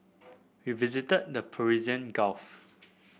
we visited the Persian Gulf